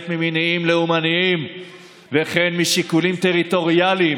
ממניעים לאומניים וכן משיקולים טריטוריאליים,